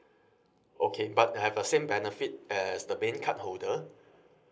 okay but have a same benefit as the main card holder